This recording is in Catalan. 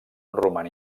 roman